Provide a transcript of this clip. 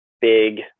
big